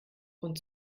und